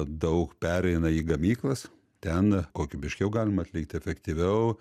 daug pereina į gamyklas ten kokybiškiau galima atlikti efektyviau